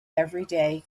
everyday